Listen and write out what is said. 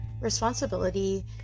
responsibility